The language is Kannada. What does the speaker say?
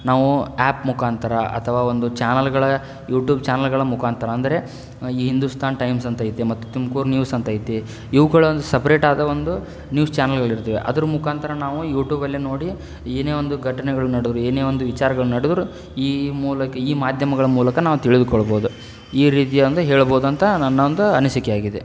ನಾವು ಆ್ಯಪ್ ಮುಖಾಂತರ ಅಥವಾ ಒಂದು ಚಾನಲ್ಗಳ ಯೂಟ್ಯೂಬ್ ಚಾನಲ್ಗಳ ಮುಖಾಂತರ ಅಂದರೆ ಈ ಹಿಂದೂಸ್ಥಾನ್ ಟೈಮ್ಸ್ ಅಂತ ಐತೆ ಮತ್ತು ತುಮ್ಕೂರ್ ನ್ಯೂಸ್ ಅಂತ ಐತೆ ಇವುಗಳೊಂದು ಸಪರೇಟ್ ಆದ ಒಂದು ನ್ಯೂಸ್ ಚಾನೆಲ್ಗಳಿರ್ತವೆ ಅದರ ಮುಖಾಂತರ ನಾವು ಯೂಟ್ಯೂಬಲ್ಲೇ ನೋಡಿ ಏನೇ ಒಂದು ಘಟನೆಗಳು ನಡೆದ್ರೂ ಏನೇ ಒಂದು ವಿಚಾರಗಳು ನಡೆದ್ರೂ ಈ ಮೂಲಕ ಈ ಮಾಧ್ಯಮಗಳ ಮೂಲಕ ನಾವು ತಿಳಿದುಕೊಳ್ಬೌದು ಈ ರೀತಿ ಒಂದು ಹೇಳ್ಬೌದು ಅಂತ ನನ್ನ ಒಂದು ಅನಿಸಿಕೆ ಆಗಿದೆ